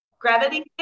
gravity